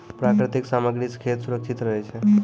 प्राकृतिक सामग्री सें खेत सुरक्षित रहै छै